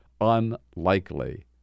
unlikely